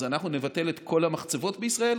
אז אנחנו נבטל את כל המחצבות בישראל?